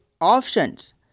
options